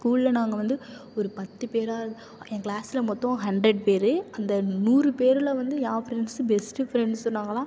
ஸ்கூல்ல நாங்கள் வந்து ஒரு பத்து பேராக என் க்ளாஸ்ல மொத்தம் ஹண்ட்ரட் பேர் அந்த நூறு பேரில் வந்து என் ஃப்ரெண்ட்ஸ் பெஸ்ட் ஃப்ரெண்ட்ஸ் நாங்கலாம்